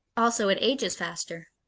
also, it ages faster.